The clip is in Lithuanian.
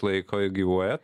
laiko gyvuojat